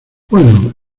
bueno